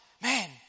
man